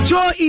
Joy